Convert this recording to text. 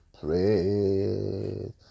praise